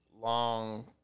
long